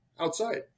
outside